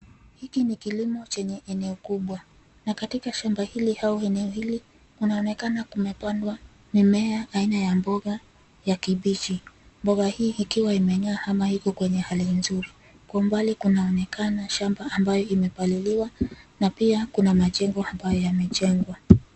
Hiki ni kilimo chenye eneo kubwa na katika shamba hili au eneo hili kunonekana kumepandwa mimea aina ya mboga ya kabichi, mboga hii ikiwa imeng'aa ama iko kwenye hali nzuri; Kwa umbali kunaonekana shamba ambayo imepaliliwa na pia kuna majengo hapa yamejengwa.